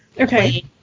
Okay